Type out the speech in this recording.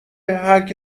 هرکی